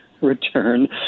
return